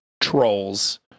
Trolls